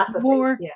more